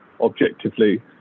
objectively